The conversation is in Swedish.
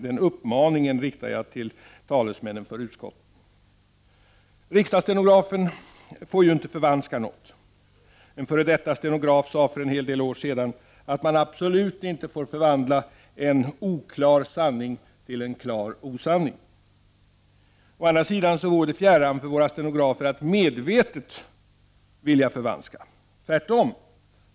Den uppmaningen riktar jag till talesmännen för utskottet. Riksdagsstenografen får ju inte förvanska något. En f.d. stenograf sade för en hel del år sedan att man absolut inte får förvandla en oklar sanning till en klar osanning. Å andra sidan vore det fjärran för våra stenografer att medvetet vilja förvanska, tvärtom.